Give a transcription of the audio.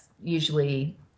usually